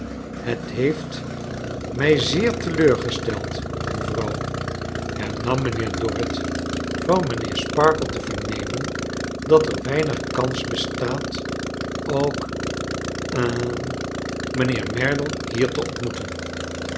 het heeft mij zeer teleurgesteld mevrouw hernam mijnlieer dorrit van mijnheer sparkler te vernemen dat er weinig kans bestaat ook ha mijnheer merdle hier te ontmoeten